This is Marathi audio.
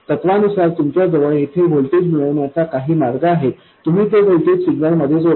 तत्त्वानुसार तुमच्याजवळ येथे व्होल्टेज मिळवण्याचा काही मार्ग आहे तुम्ही ते व्होल्टेज सिग्नलमध्ये जोडता